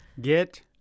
Get